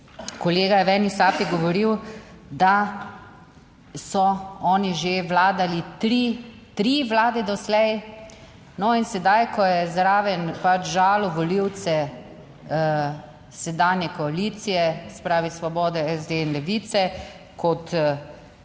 kolega je v eni sapi govoril, da so oni že vladali, tri, tri Vlade doslej. No, in sedaj, ko je zraven, pač žalil volivce, sedanje koalicije, se pravi Svobode, SD in Levice, kot tisti, kaj